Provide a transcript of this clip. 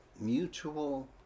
Mutual